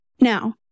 Now